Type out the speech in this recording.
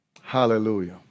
Hallelujah